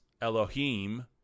Elohim